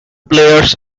players